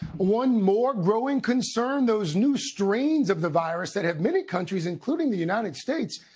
one more growing concern, those new strains of the virus that have many countries, including the united states,